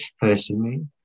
personally